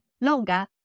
longer